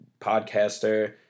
podcaster